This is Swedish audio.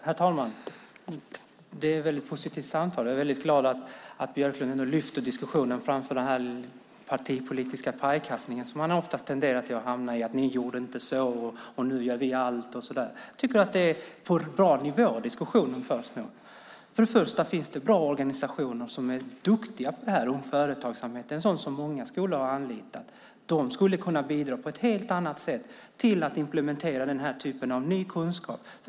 Herr talman! Detta är ett positivt samtal. Jag är glad att Björklund lyfter diskussionen över den partipolitiska pajkastning som han ofta tenderar att hamna i - ni gjorde inte så, nu gör vi allt och så vidare. Jag tycker att diskussionen förs på en bra nivå nu. Först och främst finns det bra organisationer som är duktiga på företagsamhet. Många skolor har anlitat sådana. De skulle kunna bidra på ett helt annat sätt till att implementera den här typen av ny kunskap.